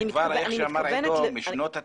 כמו שאמר עידו, זה כבר משנות התשעים.